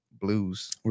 blues